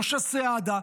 משה סעדה,